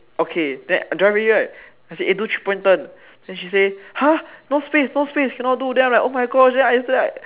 okay then drive already right then I say do three point turn then she say !huh! no space no space cannot do then I'm like oh my god then I was like